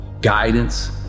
guidance